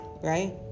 right